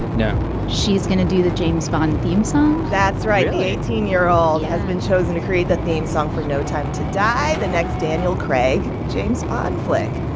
no she's going to do the james bond theme song? that's right really? and the eighteen year old. yeah. has been chosen to create the theme song for no time to die, the next daniel craig james bond flick.